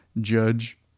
Judge